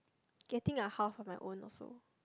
getting a house of my own also